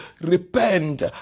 repent